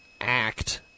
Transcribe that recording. Act